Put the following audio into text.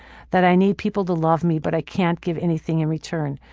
that i need people to love me but i can't give anything in return,